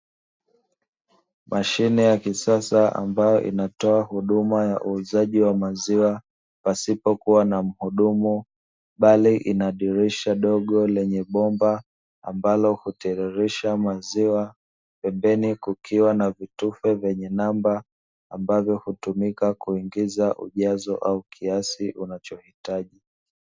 Mashine ya kisasa ambayo inatoa huduma ya uuzaji wa maziwa pasipokuwa na mhudumu bali ina dirisha dogo lenye bomba ambalo hutiririsha maziwa pembeni kukiwa na vitufe vyenye namba ambavyo hutumika kuingiza ujazo au kiasi unachohitaji.